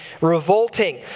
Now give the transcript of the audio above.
revolting